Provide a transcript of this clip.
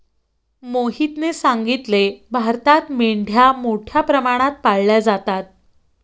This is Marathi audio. मोहितने सांगितले, भारतात मेंढ्या मोठ्या प्रमाणात पाळल्या जातात